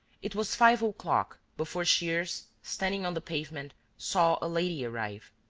it was five o'clock before shears, standing on the pavement, saw a lady arrive,